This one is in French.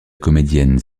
comédienne